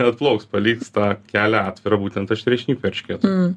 atplauks paliks tą kelią atvirą būtent aštriašnipių eršketų